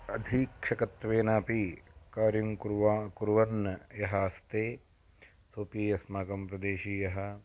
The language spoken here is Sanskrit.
अधीक्षकत्वेन अपि कार्यं कुर्वाणः कुर्वन् यः अस्ति सोपि अस्माकं प्रदेशीयः